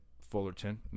Fullerton